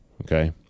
Okay